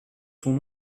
son